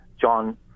John